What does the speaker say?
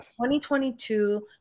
2022